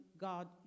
God